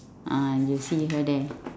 ah you see her there